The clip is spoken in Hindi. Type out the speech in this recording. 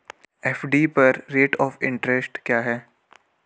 एफ.डी पर रेट ऑफ़ इंट्रेस्ट क्या है?